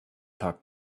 talk